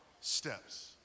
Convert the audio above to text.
steps